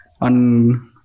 On